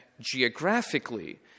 geographically